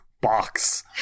box